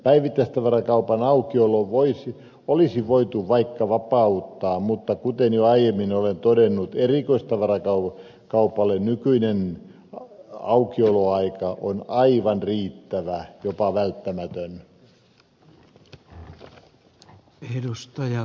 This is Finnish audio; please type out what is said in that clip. päivittäistavarakaupan aukiolo olisi voitu vaikka vapauttaa mutta kuten jo aiemmin olen todennut erikoistavarakaupalle nykyinen aukioloaika on aivan riittävä jopa välttämätön